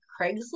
Craigslist